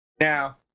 Now